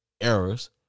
errors